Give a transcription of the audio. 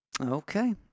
Okay